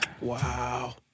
Wow